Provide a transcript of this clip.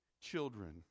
children